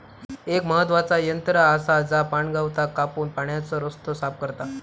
एक महत्त्वाचा यंत्र आसा जा पाणगवताक कापून पाण्याचो रस्तो साफ करता